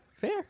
fair